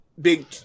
big